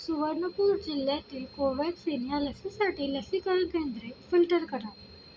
सुवर्णपूर जिल्ह्यातील कोव्हॅक्सिन या लसीसाठी लसीकरण केंद्रे फिल्टर करा